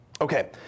Okay